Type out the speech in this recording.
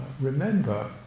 remember